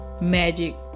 magic